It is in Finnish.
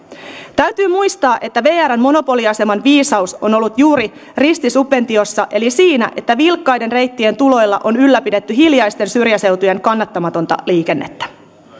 täytyy muistaa että vrn monopoliaseman viisaus on ollut juuri ristisubventiossa eli siinä että vilkkaiden reittien tuloilla on ylläpidetty hiljaisten syrjäseutujen kannattamatonta liikennettä